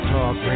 Talk